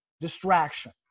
distraction